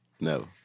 no